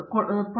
professor R